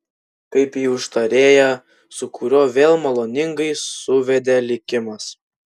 kaip į užtarėją su kuriuo vėl maloningai suvedė likimas